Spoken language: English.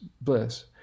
bliss